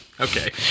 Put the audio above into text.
Okay